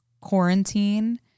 quarantine